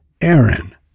Aaron